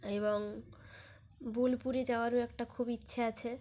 এবং বোলপুরে যাওয়ারও একটা খুব ইচ্ছে আছে